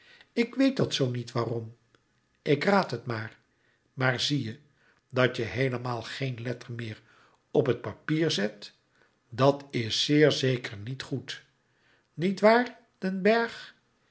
ik weet dat zoo niet waarom ik raad het maar maar zie je dat je heelemaal geen letter meer op het papier zet dat is zeer zeker niet goed niet waar den bergh